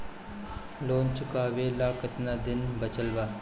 Loan चुकावे ला कितना दिन बचल बा?